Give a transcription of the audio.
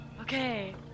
Okay